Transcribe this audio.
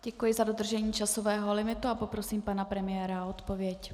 Děkuji za dodržení časového limitu a poprosím pana premiéra o odpověď.